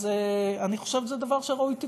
אז אני חושבת שזה דבר שראוי לתיקון.